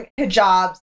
hijabs